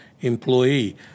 employee